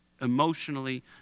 Emotionally